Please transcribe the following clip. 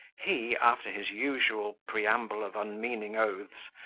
he, after his usual preamble of unmeaning oaths,